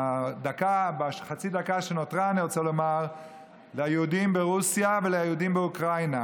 בחצי דקה שנותרה אני רוצה לומר ליהודים ברוסיה וליהודים באוקראינה: